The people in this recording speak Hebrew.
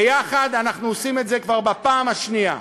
ביחד אנחנו עושים את זה כבר בפעם השנייה.